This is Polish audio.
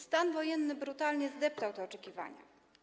Stan wojenny brutalnie zdeptał te oczekiwania.